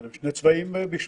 אבל יש שני צבעים בשמם.